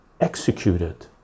executed